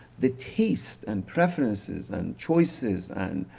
the taste and preferences and choices and